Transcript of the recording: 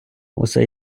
усе